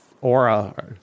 aura